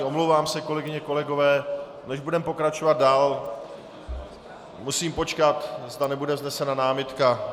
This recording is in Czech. Omlouvám se, kolegyně, kolegové, než budeme pokračovat dál, musím počkat, zda nebude vznesena námitka.